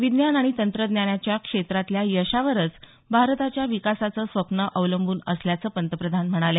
विज्ञान आणि तंत्रज्ञानाच्या क्षेत्रातल्या यशावरच भारताच्या विकासाचं स्वप्न अवलंबून असल्याचं पंतप्रधान म्हणाले